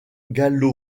gallo